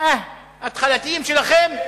ההתחלתיים שלכם,